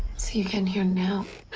you can hear now.